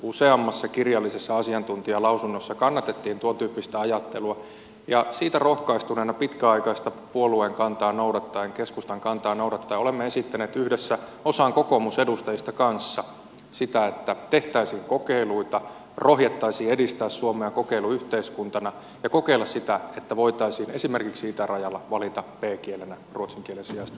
useammassa kirjallisessa asiantuntijalausunnossa kannatettiin tuontyyppistä ajattelua ja siitä rohkaistuneena pitkäaikaista puolueen kantaa noudattaen keskustan kantaa noudattaen olemme esittäneet yhdessä osan kokoomus edustajista kanssa sitä että tehtäisiin kokeiluita rohjettaisiin edistää suomea kokeiluyhteiskuntana ja kokeilla sitä että voitaisiin esimerkiksi itärajalla valita b kielenä ruotsin kielen sijasta venäjä